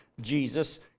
Jesus